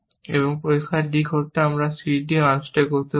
এবং পরিষ্কার d করতে আমরা c d আনস্ট্যাক করতে পারি